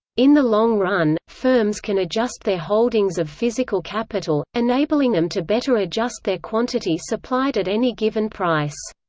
in the long-run, firms can adjust their holdings of physical capital, enabling them to better adjust their quantity supplied at any given price.